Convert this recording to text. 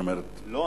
לא,